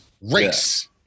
Race